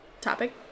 Topic